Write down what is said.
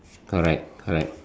correct correct